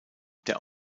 der